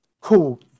Cool